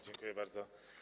Dziękuję bardzo.